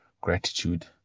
gratitude